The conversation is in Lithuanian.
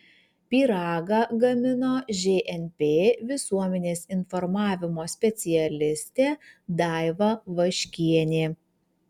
pyragą gamino žnp visuomenės informavimo specialistė daiva vaškienė